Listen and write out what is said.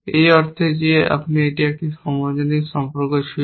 এই অর্থে যে আগে এটি একটি সর্বজনীন সম্পর্ক ছিল